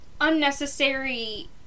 unnecessary